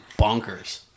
bonkers